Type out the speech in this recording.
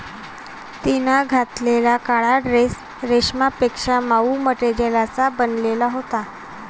तिने घातलेला काळा ड्रेस रेशमापेक्षा मऊ मटेरियलचा बनलेला होता